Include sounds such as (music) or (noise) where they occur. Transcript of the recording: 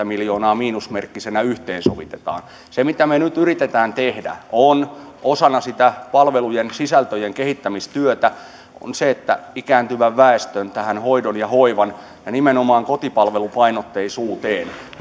(unintelligible) miljoonaa miinusmerkkisenä yhteensovitetaan se mitä me nyt yritämme tehdä osana sitä palvelujen sisältöjen kehittämistyötä on se että kehitetään ikääntyvän väestön hoidon ja hoivan nimenomaan kotipalvelupainotteisuutta meillä